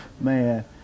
man